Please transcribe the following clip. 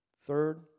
Third